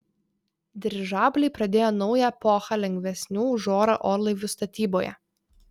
dirižabliai pradėjo naują epochą lengvesnių už orą orlaivių statyboje